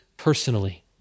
personally